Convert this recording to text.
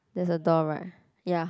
there's a door right ya